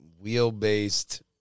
Wheel-based